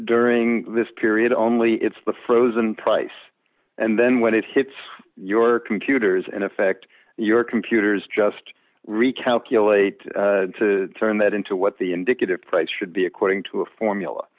during this period only it's the frozen price and then when it hits your computers and affect your computers just recalculate to turn that into what the indicative price should be according to a formula